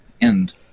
end